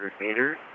meters